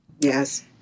Yes